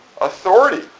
authority